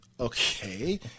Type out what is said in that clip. Okay